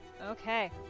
Okay